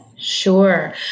Sure